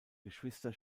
geschwister